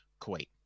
kuwait